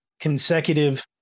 consecutive